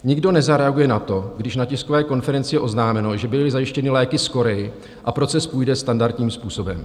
Nikdo nezareaguje na to, když na tiskové konferenci je oznámeno, že byly zajištěny léky z Koreji a proces půjde standardním způsobem.